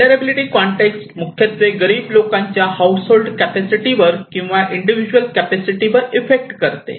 vulnerability context मुख्यत्वे गरीब लोकांच्या हाऊस होल्ड कॅपॅसिटी वर किंवा इंडिव्हिज्युअल कॅपॅसिटी वर इफेक्ट करते